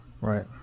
right